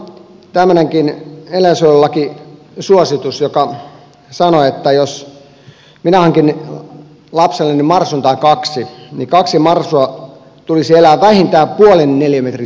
meillähän on tämmöinenkin eläinsuojelulakisuositus joka sanoo että jos minä hankin lapselleni marsun tai kaksi niin kahden marsun tulisi elää vähintään puolen neliömetrin suuruisessa häkissä